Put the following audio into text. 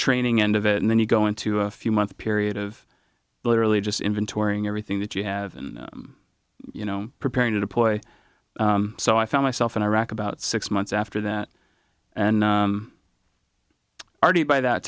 training end of it and then you go into a few month period of literally just inventorying everything that you have and you know preparing to deploy so i found myself in iraq about six months after that and arti by that